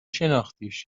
شناختیش